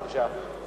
בבקשה.